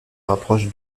rapproche